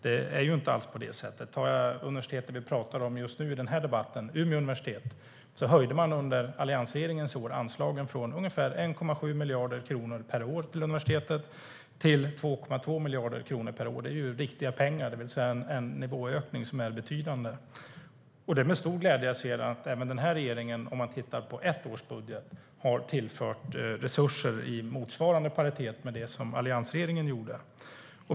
Det är inte alls på det sättet. Jag kan ta det universitet som vi pratar om i den här debatten, Umeå universitet. Under alliansregeringens år höjde man anslagen till universitetet från ungefär 1,7 miljarder kronor per år till 2,2 miljarder kronor per år. Det är riktiga pengar, det vill säga en nivåökning som är betydande. Det är med stor glädje jag ser att även den här regeringen, om man tittar på ett års budget, har tillfört resurser i paritet med det som alliansregeringen gjorde.